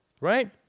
Right